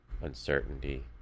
uncertainty